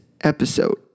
episode